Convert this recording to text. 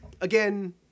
again